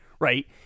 right